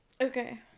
okay